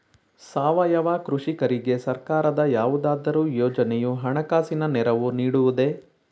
ಸಾವಯವ ಕೃಷಿಕರಿಗೆ ಸರ್ಕಾರದ ಯಾವುದಾದರು ಯೋಜನೆಯು ಹಣಕಾಸಿನ ನೆರವು ನೀಡುವುದೇ?